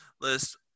list